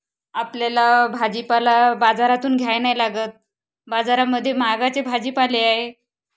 आपल्याला भाजीपाला बाजारातून घ्यायला नाही लागत बाजारामध्ये महागाचे भाजीपाले आहे